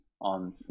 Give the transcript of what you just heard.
on